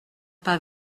pas